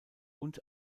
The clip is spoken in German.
und